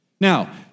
Now